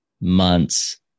months